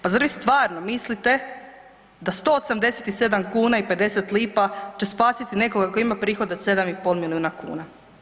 Pa zar vi stvarno mislite da 187 kuna i 50 lipa će spasiti nekoga tko ima prihod od 7 i pol milijuna kuna?